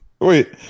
wait